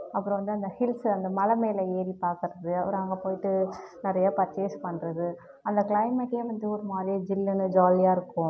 அப்புறம் வந்து அந்த ஹில்ஸ்ஸு அந்த மலை மேலே ஏறி பார்க்கறது ஒரு அங்கே போயிட்டு நிறைய பர்சேஸ் பண்ணுறது அந்த க்ளைமேட்டே வந்து ஒரு மாதிரியா ஜில்லுனு ஜாலியாக இருக்கும்